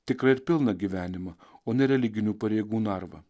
tikrą ir pilną gyvenimą o ne religinių pareigų narvą